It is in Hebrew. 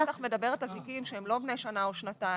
את בטח מדברת על תיקים שהם לא בני שנה או שנתיים.